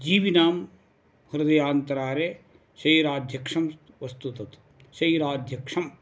जीविनां हृदयान्तरे शरीराध्यक्षं वस्तु तत् शरीराध्यक्षं